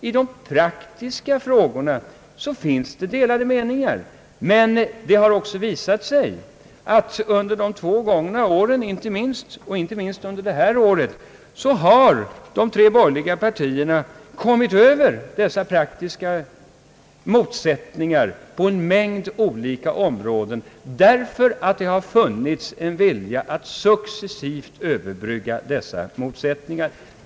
I de praktiska frågorna finns det delade meningar, men det har också under de två gångna åren och inte minst under det senaste året visat sig att'de borgerliga partierna övervunnit dessa praktiska motsättningar på en mängd olika områden, därför att det har funnits en vilja att successivt överbrygga motsättningarna.